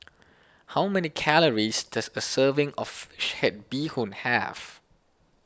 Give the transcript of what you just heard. how many calories does a serving of Fish Head Bee Hoon have